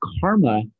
karma